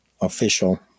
official